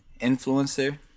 influencer